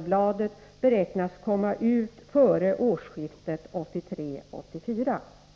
Bladet beräknas komma ut före årsskiftet 1983-1984.